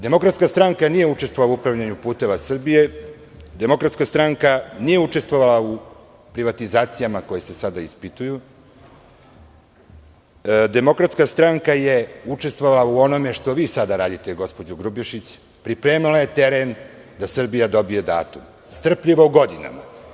Demokratska stranka nije učestvovala u upravljanju "Puteva Srbije", DS nije učestvovala u privatizacijama koje se sada ispituju, DS je učestvovala u onome što vi sada radite, gospođo Grubješić – pripremala je teren da Srbija dobije datum, strpljivo i godinama.